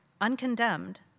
uncondemned